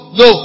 no